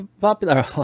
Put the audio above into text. popular